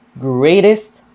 greatest